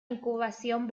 incubación